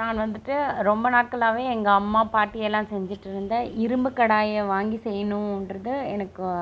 நான் வந்துட்டு ரொம்ப நாட்களாகவே எங்கள் அம்மா பாட்டி எல்லாம் செஞ்சுட்டு இருந்த இரும்புக் கடாயை வாங்கி செய்யணுன்றது எனக்கு